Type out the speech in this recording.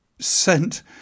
sent